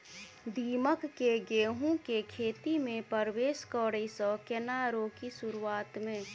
दीमक केँ गेंहूँ केँ खेती मे परवेश करै सँ केना रोकि शुरुआत में?